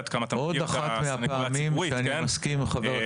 עוד אחת מהפעמים שאני מסכים עם חבר הכנסת נאור שירי.